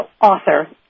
author